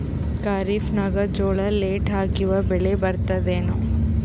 ಖರೀಫ್ ನಾಗ ಜೋಳ ಲೇಟ್ ಹಾಕಿವ ಬೆಳೆ ಬರತದ ಏನು?